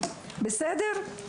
בסדר?